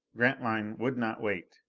grantline would not wait.